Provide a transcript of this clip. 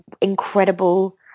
incredible